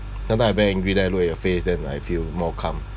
sometimes I very angry then I look at your face then I feel more calm